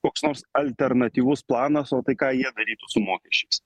koks nors alternatyvus planas o tai ką jie darytų su mokesčiais